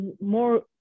more